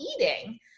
eating